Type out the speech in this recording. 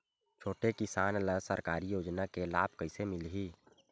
छोटे किसान ला सरकारी योजना के लाभ कइसे मिलही?